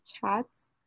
chats